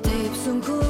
taip sunku